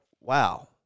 wow